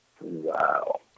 Wow